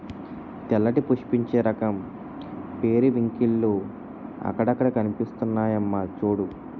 తెల్లటి పుష్పించే రకం పెరివింకిల్లు అక్కడక్కడా కనిపిస్తున్నాయమ్మా చూడూ